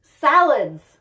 salads